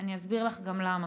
ואסביר לך גם למה.